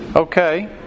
Okay